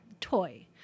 toy